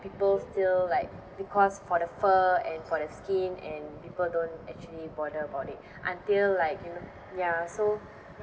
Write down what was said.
people still like because for the fur and for the skin and people don't actually bother about it until like you know ya so